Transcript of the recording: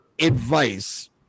advice